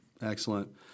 Excellent